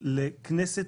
לכנסת,